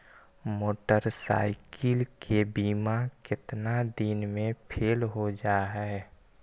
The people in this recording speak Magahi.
मोटरसाइकिल के बिमा केतना दिन मे फेल हो जा है?